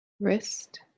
wrist